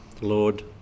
Lord